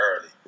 early